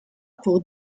pour